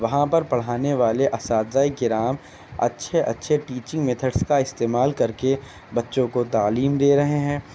وہاں پر پڑھانے والے اساتذۂ کرام اچھے اچھے ٹیچنگ میتھڈس کا استعمال کر کے بچوں کو تعلیم دے رہے ہیں